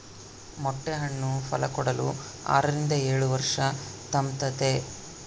ಮೊಟ್ಟೆ ಹಣ್ಣು ಫಲಕೊಡಲು ಆರರಿಂದ ಏಳುವರ್ಷ ತಾಂಬ್ತತೆ